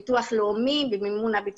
סוג של תמיכה גם לרשות המקומית וגם לאזרח הפשוט